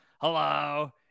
hello